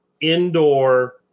indoor